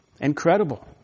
incredible